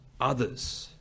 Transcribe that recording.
others